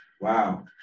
Wow